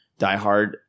diehard